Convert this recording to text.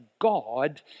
God